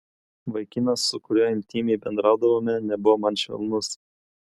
vaikinas su kuriuo intymiai bendraudavome nebuvo man švelnus